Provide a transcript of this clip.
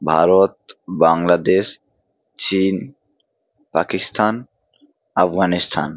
ভারত বাংলাদেশ চীন পাকিস্থান আফগানিস্থান